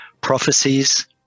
prophecies